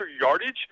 yardage